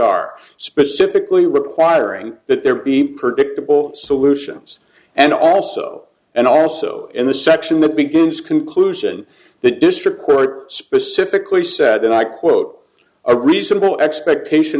r specifically requiring that there be predictable solutions and also and also in the section that begins conclusion the district court specifically said and i quote a reasonable expectation